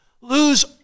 Lose